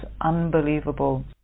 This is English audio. unbelievable